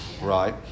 Right